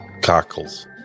cockles